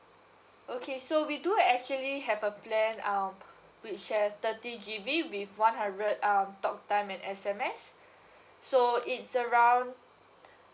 okay so we do actually have a plan um which share thirty G_B with one hundred um talk time and S_M_S so it's around